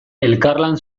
elkarlan